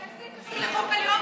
איך זה קשור לחוק הלאום עכשיו?